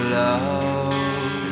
love